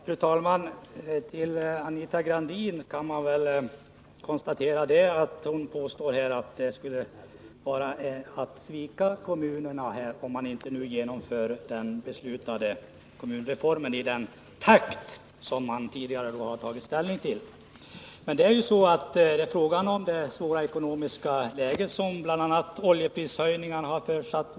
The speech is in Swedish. Fru talman! Anita Gradin påstår att det skulle vara att svika kommunerna om vi inte nu genomför den beslutade reformen i den takt som vi tidigare har tagit ställning för. Men vi har ett svårt läge för samhällsekonomin, som bl.a. oljeprishöjningarna orsakat.